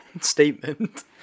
statement